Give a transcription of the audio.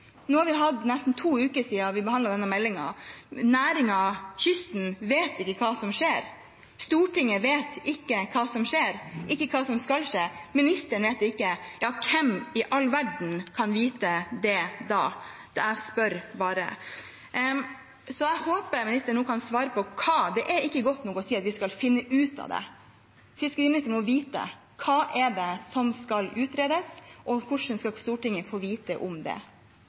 Nå er det nesten to uker siden vi behandlet denne meldingen. Næringen, kysten, vet ikke hva som skjer. Stortinget vet ikke hva som skjer, og ikke hva som skal skje. Ministeren vet det ikke. Hvem i all verden kan vite det da? Jeg spør bare. Jeg håper ministeren nå kan svare på hva det er. Det er ikke godt nok å si at vi skal finne ut av det. Fiskeriministeren må vite: Hva er det som skal utredes, og hvordan skal Stortinget få vite om det?